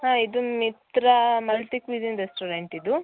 ಹಾಂ ಇದು Mitra multi cuisine restaurant ಇದು